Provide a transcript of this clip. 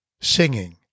Singing